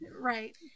Right